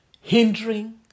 hindering